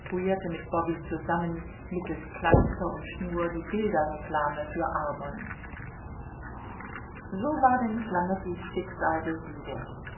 mit bobby zusammen mittels kleister und schnur die bilderreklame für arbon so war denn flamettis schicksal besiegelt